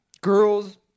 Girls